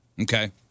Okay